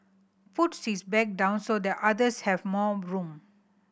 puts his bag down so that others have more room